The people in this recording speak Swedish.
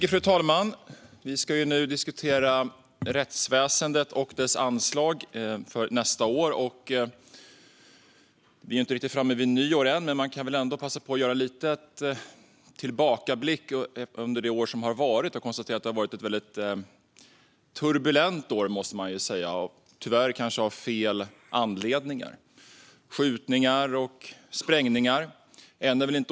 Fru talman! Vi ska nu diskutera rättsväsendet och dess anslag för nästa år. Vi är ju inte riktigt framme vid nyår än, men man kan väl ändå passa på att göra en liten tillbakablick på det år som har varit och konstatera att det har varit ett väldigt turbulent år - tyvärr av fel anledningar, med skjutningar och sprängningar.